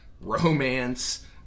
romance